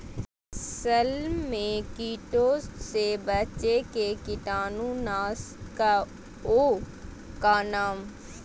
फसल में कीटों से बचे के कीटाणु नाशक ओं का नाम?